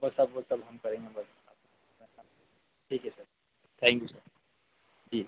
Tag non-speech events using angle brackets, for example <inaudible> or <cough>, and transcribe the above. वह सब वह सब हम करेंगे बस <unintelligible> ठीक है sir thank you sir ji